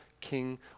king